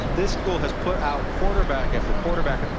this school has put out quarterback after quarterback.